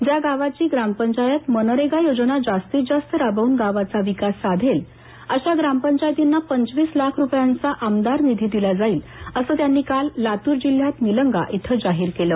ज्या गावाची ग्रामपंचायत मनरेगा योजना जास्तीत जास्त राबवून गावाचा विकास साधेल अशा ग्रामपंचायतींना पंचवीस लाख रुपयांचा आमदार निधी दिला जाईल असं त्यांनी काल लातूर जिल्ह्यात निलंगा इथं जाहीर केलं